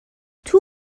توپ